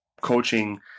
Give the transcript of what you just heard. coaching